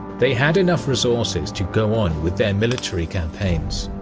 they had enough resources to go on with their military campaigns.